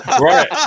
Right